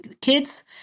kids